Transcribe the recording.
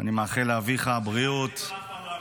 ואני מאחל לאביך בריאות שלמה ומלאה.